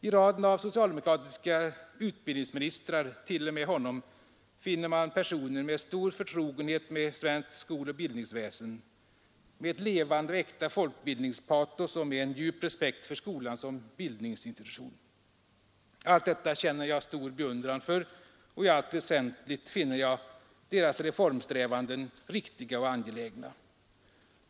I raden av socialdemokratiska utbildningsministrar t.o.m. honom finner man personer med stor förtrogenhet med svenskt skoloch bildningsväsen, med ett levande och äkta folkbildningspatos och med en djup respekt för skolan som bildningsinstitution. Allt detta känner jag stor beundran för, och i allt väsentligt finner jag deras reformsträvanden riktiga och angelägna.